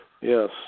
Yes